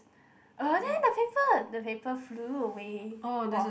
uh then the paper the paper flew away was